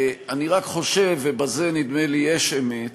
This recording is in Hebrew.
אני רק חושב, ובזה נדמה לי שיש אמת,